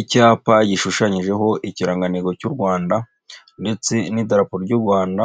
Icyapa gishushanyijeho ikirangantego cy'u rwanda ndetse n'idarapo ry'u rwanda,